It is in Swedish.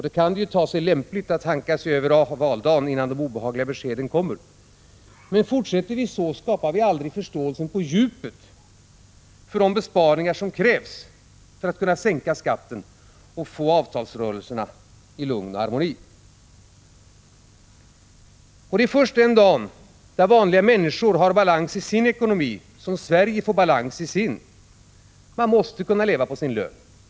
Det kan te sig lämpligt att hanka sig över valdagen innan de obehagliga beskeden kommer. Men fortsätter vi så, skapar vi aldrig förståelse på djupet för de besparingar som krävs för att sänka skatter och få avtalsrörelserna i lugn och harmoni. Det är först den dag då vanliga människor har balans i sin ekonomi som Sverige får balans i sin. Man måste kunna leva på sin lön.